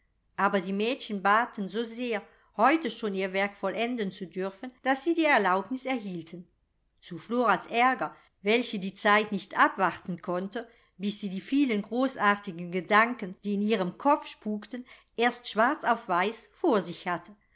aber die mädchen baten so sehr heute schon ihr werk vollenden zu dürfen daß sie die erlaubnis erhielten zu floras aerger welche die zeit nicht abwarten konnte bis sie die vielen großartigen gedanken die in ihrem kopfe spukten erst schwarz auf weiß vor sich hatte